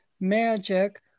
magic